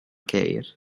ceir